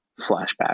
flashback